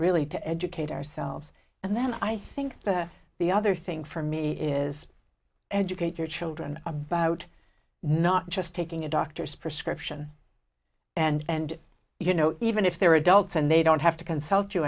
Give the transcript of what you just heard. really to educate ourselves and then i think the other thing for me is educate your children about not just taking a doctor's prescription and you know even if they're adults and they don't have to consult you